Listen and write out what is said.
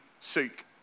seek